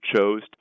chose